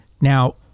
Now